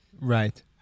Right